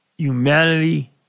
humanity